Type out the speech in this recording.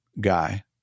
guy